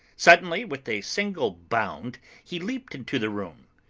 suddenly with a single bound he leaped into the room,